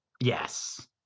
yes